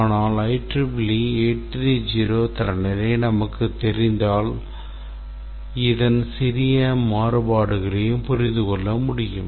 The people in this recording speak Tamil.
ஆனால் IEEE 830 தரநிலை நமக்குத் தெரிந்தால் இதன் சிறிய மாறுபாடுகளையும் புரிந்து கொள்ள முடியும்